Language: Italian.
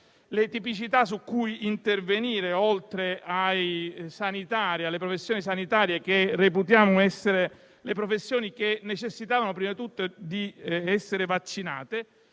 le tipicità su cui intervenire, oltre alle professioni sanitarie, che reputavamo fossero quelle che necessitavano prima di tutte di essere vaccinate.